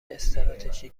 استراتژی